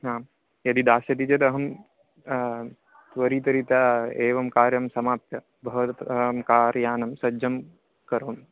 हां यदि दास्यति चेत् अहं त्वरितरीत्या एवं कार्यं समाप्य भवता तत् अहं कार्यानं सज्जं करोमि